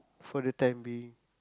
for the time being